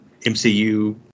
MCU